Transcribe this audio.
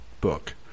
book